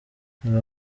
ntabwo